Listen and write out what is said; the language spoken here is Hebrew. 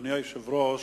אדוני היושב-ראש,